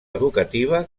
educativa